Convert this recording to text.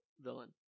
villain